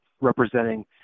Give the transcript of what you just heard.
representing